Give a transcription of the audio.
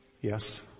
yes